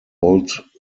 old